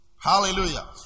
Hallelujah